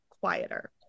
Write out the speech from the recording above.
quieter